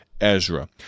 Ezra